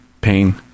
pain